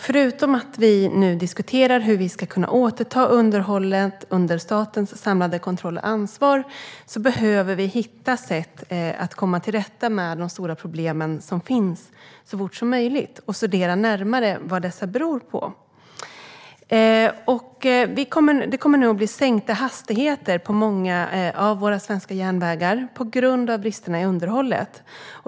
Förutom att vi nu diskuterar hur vi ska kunna återta underhållet under statens samlade kontroll och ansvar behöver vi hitta sätt att så fort som möjligt komma till rätta med de stora problem som finns och närmare studera vad dessa beror på. Det kommer nu att bli sänkta hastigheter på många av våra svenska järnvägar på grund av bristerna i underhållet.